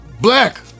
Black